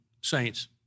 saints